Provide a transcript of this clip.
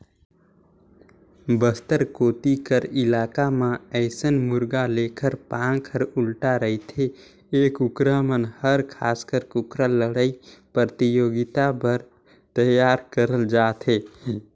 बस्तर कोती कर इलाका म अइसन मुरगा लेखर पांख ह उल्टा रहिथे ए कुकरा मन हर खासकर कुकरा लड़ई परतियोगिता बर तइयार करल जाथे